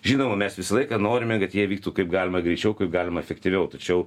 žinoma mes visą laiką norime kad jie vyktų kaip galima greičiau kaip galima efektyviau tačiau